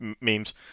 memes